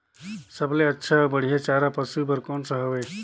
सबले अच्छा अउ बढ़िया चारा पशु बर कोन सा हवय?